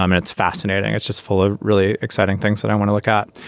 um it's fascinating. it's just full of really exciting things that i want to look at.